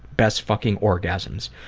best fucking orgasms.